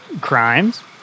crimes